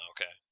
Okay